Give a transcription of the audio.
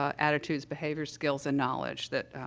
ah, attitudes, behaviors, skills, and knowledge that,